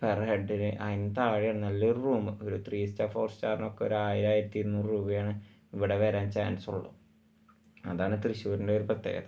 per ഹെഡിന് അതിന് താഴെയാണ് നല്ലൊരു റൂമ് ഒരു ത്രീ സ്റ്റാര് ഫോര് സ്റ്റാറൊക്കെ ഒരായിരം ആയിരത്തി ഇരുനൂറ് രൂപയാണ് ഇവിടെ വരാന് ചാന്സുള്ളൂ അതാണ് തൃശ്ശൂരിന്റെ ഒരു പ്രത്യേകത